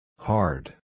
Hard